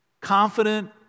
confident